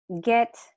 get